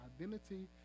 identity